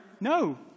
no